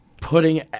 putting